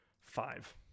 Five